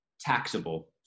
taxable